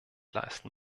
leisten